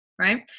right